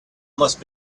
must